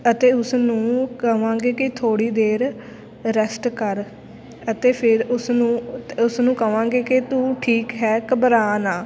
ਅਤੇ ਉਸ ਨੂੰ ਕਹਾਂਗੇ ਕਿ ਥੋੜ੍ਹੀ ਦੇਰ ਰੈਸਟ ਕਰ ਅਤੇ ਫਿਰ ਉਸ ਨੂੰ ਉਸਨੂੰ ਕਹਾਂਗੇ ਕਿ ਤੂੰ ਠੀਕ ਹੈ ਘਬਰਾ ਨਾ